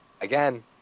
again